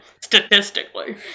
Statistically